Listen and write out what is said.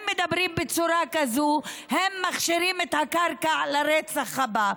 מדברים בצורה כזאת הם מכשירים את הקרקע לרצח הבא.